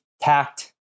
tact